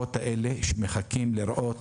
למשפחות שמחכות לראות